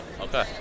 Okay